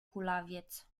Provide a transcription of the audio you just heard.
kulawiec